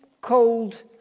cold